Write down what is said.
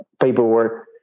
paperwork